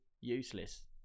useless